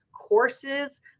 courses